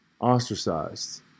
ostracized